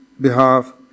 behalf